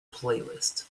playlist